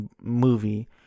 movie